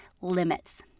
limits